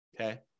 Okay